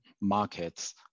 markets